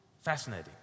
Fascinating